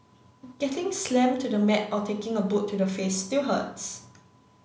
getting slammed to the mat or taking a boot to the face still hurts